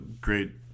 great